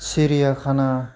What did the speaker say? शिरिया खाना